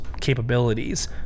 capabilities